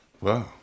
Wow